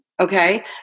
Okay